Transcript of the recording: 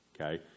okay